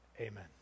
Amen